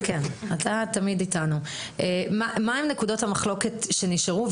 חיים, מה נקודות המחלוקת שנשארו?